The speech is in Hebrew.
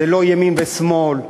זה לא ימין ושמאל.